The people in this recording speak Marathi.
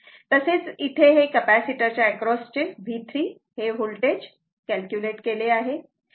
तसेच इथे हे कपॅसिटर च्या एक्रॉसचे होल्टेज V3 ड्रॉप केलेले आहे